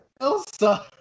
Elsa